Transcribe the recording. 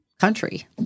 country